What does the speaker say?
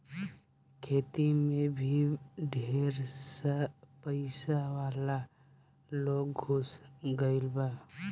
खेती मे भी ढेर पइसा वाला लोग घुस गईल बा